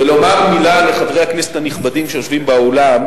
ולומר מלה לחברי הכנסת הנכבדים שיושבים באולם,